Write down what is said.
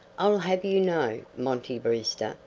i'll have you know, monty brewster,